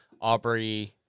Aubrey